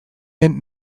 den